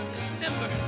remember